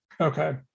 okay